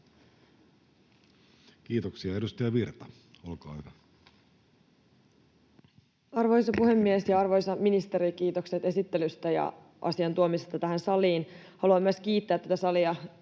laeiksi Time: 17:21 Content: Arvoisa puhemies ja arvoisa ministeri! Kiitokset esittelystä ja asian tuomisesta tähän saliin. Haluan myös kiittää tätä salia.